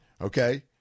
Okay